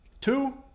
two